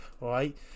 right